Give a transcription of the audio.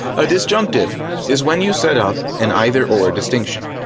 a disjunctive is when you set up an either or distinction.